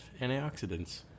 antioxidants